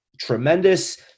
tremendous